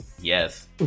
Yes